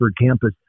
Campus